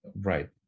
Right